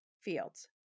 fields